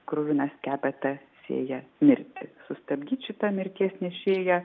kruvina skepeta sėja mirtį sustabdyt šitą mirties nešėją